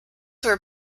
were